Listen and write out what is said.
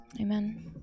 Amen